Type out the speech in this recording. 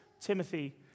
Timothy